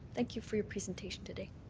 thank you for your presentation today.